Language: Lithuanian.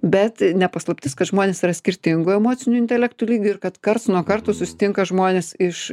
bet ne paslaptis kad žmonės yra skirtingų emocinių intelektų lygių ir kad karts nuo karto susitinka žmonės iš